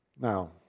Now